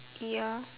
ya